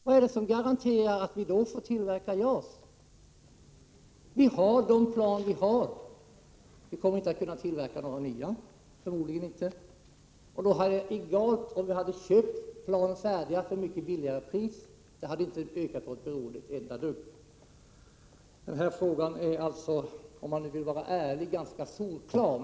Vad är det som garanterar att vi då får tillverka JAS? Vi har de plan vi har. Vi kommer förmodligen inte att kunna tillverka några nya. Det hade varit egalt om vi köpt färdiga plan till ett mycket billigare pris. Det hade inte ökat vårt beroende ett enda dugg. Om man nu vill vara ärlig är denna fråga ganska solklar.